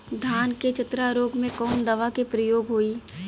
धान के चतरा रोग में कवन दवा के प्रयोग होई?